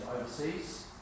overseas